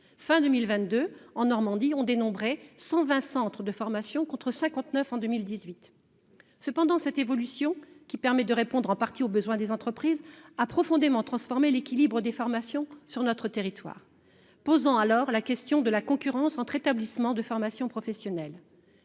2022, en Normandie, on dénombrait 120 centres de formation, contre 59 en 2018. Cependant, cette évolution, qui permet de répondre en partie au besoin des entreprises, a profondément transformé l'équilibre des formations sur notre territoire et posé la question de la concurrence entre établissements de formation professionnelle.